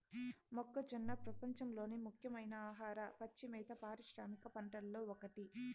మొక్కజొన్న ప్రపంచంలోని ముఖ్యమైన ఆహార, పచ్చి మేత పారిశ్రామిక పంటలలో ఒకటి